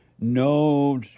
no